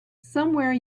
somewhere